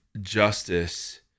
justice